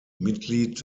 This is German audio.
mitglied